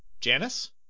janice